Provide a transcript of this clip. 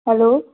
hello